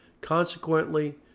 Consequently